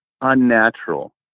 unnatural